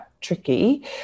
tricky